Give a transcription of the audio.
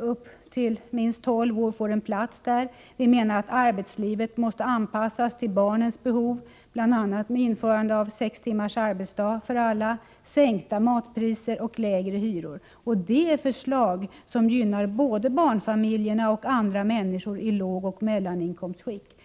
upp till minst tolv år får en plats där. Vi menar att arbetslivet måste anpassas till barnens behov, bl.a. med införande av sex timmars arbetsdag för alla, sänkta matpriser och lägre hyror. Det är förslag som gynnar både barnfamiljerna och andra människor i lågoch mellaninkomstskikt.